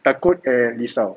takut and risau